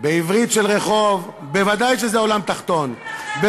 בעברית של רחוב, זה עולם תחתון?